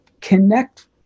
connect